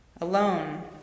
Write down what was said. Alone